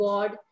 God